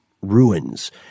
ruins